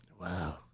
Wow